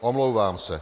Omlouvám se.